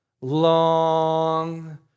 long